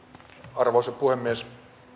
arvoisa puhemies